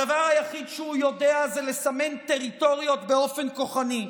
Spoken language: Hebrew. הדבר היחיד שהוא יודע לעשות הוא לסמן טריטוריות באופן כוחני.